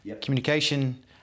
communication